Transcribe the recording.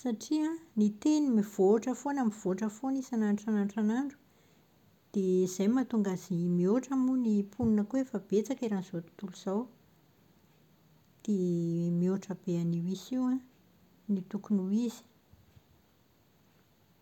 satria ny teny mivoatra foana mivoatra foana isanandro isanandro isanandro. Dia izay mahatonga azy mihoatra moa ny mponina ko aefa betsaka an'izao tontolo izao. Dia mihoatra be an'io isa io an ny tokony ho izy.